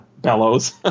bellows